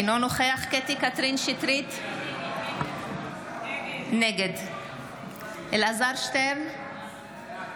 אינו נוכח קטי קטרין שטרית, נגד אלעזר שטרן,